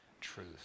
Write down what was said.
truth